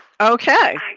Okay